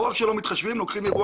לא רק שלא מתחשבים אלא לוקחים אירוע